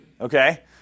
Okay